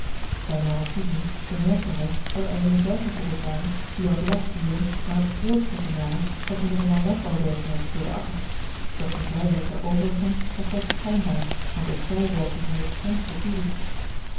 bij nader toezien bemerkte hij dat alleen zij gekoppeld waren die als lastdieren aan het voorttrekken waren van een of ander landbouw werktuig door den akker doch de vrijheid der overigen was slechts schijnbaar want ook zij werkten onder het strengste toezicht